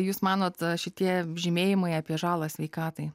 jūs manot šitie žymėjimai apie žalą sveikatai